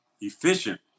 efficient